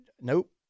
nope